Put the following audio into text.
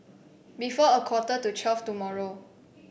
before a quarter to twelve tomorrow